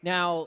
Now